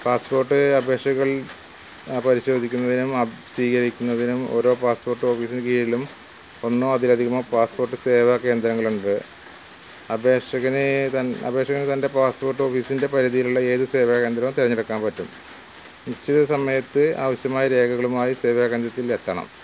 passport അപേക്ഷകൾ പരിശോധിക്കുന്നതിനും സീകരിക്കുന്നതിനും ഓരോ പാസ്പ്പോട്ട് ഓഫീസിന് കീഴിലും ഒന്നോ അതിലധികമോ പാസ്പ്പോട്ട് സേവ കേന്ദ്രങ്ങളുണ്ട് അപേഷകനെ തൻ അപേഷകന് തൻ്റെ പാസ്പ്പോട്ട് ഓഫീസിൻ്റെ പരിതിയിലുള്ള ഏത് സേവ കേന്ദ്രവും തിരഞ്ഞെടുക്കാൻ പറ്റും നിശ്ചിത സമയത്ത് ആവശ്യമായ രേഖകളുമായി സേവ കേന്ദ്രത്തിൽ എത്തണം